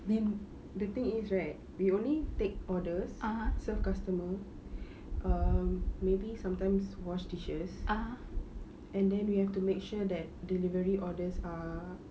I mean the thing is right we only take orders serve customer uh maybe sometimes wash dishes and then we have to make sure that delivery orders are